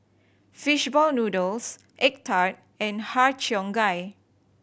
fish ball noodles egg tart and Har Cheong Gai